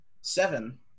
Seven